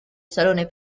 salone